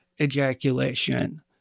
ejaculation